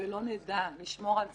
ולא נדע לשמור על צעדים,